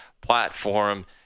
platform